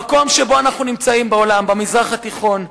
במקום שבו אנחנו נמצאים בעולם, במזרח התיכון,